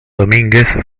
domínguez